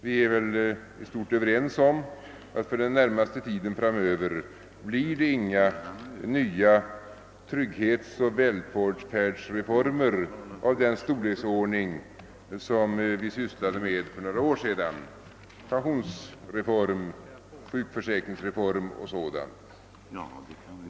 Vi är väl i stort sett överens om att det den närmaste tiden framöver inte blir några nya trygghetsoch välfärdsreformer av den storlek som vi sysslade med för några år sedan — pensionsreform, sjukförsäkringsreform och sådant.